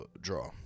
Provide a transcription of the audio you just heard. draw